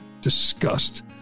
disgust